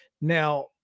Now